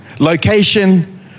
Location